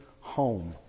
Home